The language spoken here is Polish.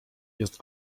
jest